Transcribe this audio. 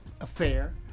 affair